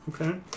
okay